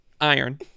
iron